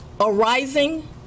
arising